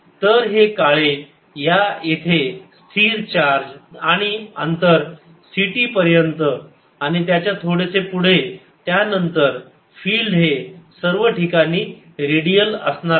तर हे काळे ह्या इथे स्थिर चार्ज आणि अंतर ct पर्यंत आणि त्याच्या थोडेसे पुढे त्यानंतर फिल्ड हे सर्व ठिकाणी रेडियल असणार आहे